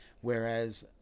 whereas